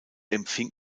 empfing